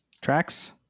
Tracks